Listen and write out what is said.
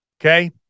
Okay